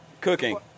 cooking